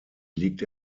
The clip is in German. liegt